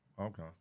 Okay